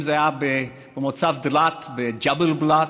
אם זה היה במוצב דלעת, בג'בל בלאט,